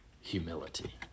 humility